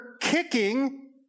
kicking